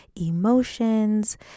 emotions